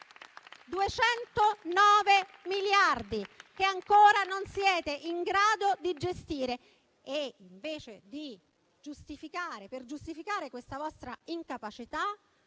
209 miliardi che ancora non siete in grado di gestire e, per giustificare questa vostra incapacità,